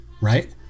right